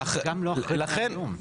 גם לא אחרי 100 יום.